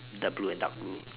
the blue and dark blue